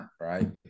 Right